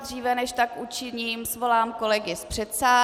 Dříve než tak učiním, svolám kolegy z předsálí.